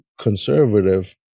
conservative